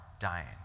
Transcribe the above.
dying